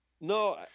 No